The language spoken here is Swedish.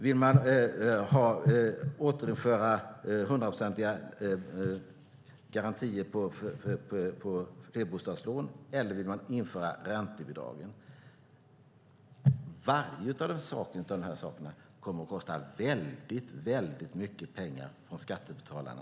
Vill de återinföra hundraprocentiga garantier för flerbostadslån? Eller vill de införa räntebidragen? Varje sak av dessa kommer att kosta väldigt mycket pengar för skattebetalarna.